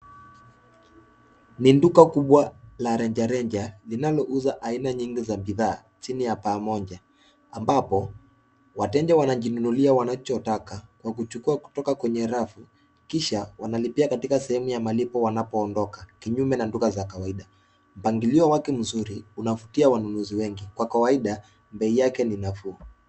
Ni duka kubwa la reja reja linalo uza aina nyingi za bidhaa chini ya paa moja ambapo wateja wanajinunulia wanachotaka kwa kuchukua kutoka rafu kisha wanalipia kutoka sehemu ya malipo wanapo ondoka kinyume na duka za kawaida. Mpangilio wake mzuri unavutia wanunuzi wengi kwa kawaida bei yake ni nafuu.